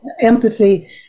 empathy